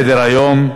תם סדר-היום.